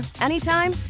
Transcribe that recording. anytime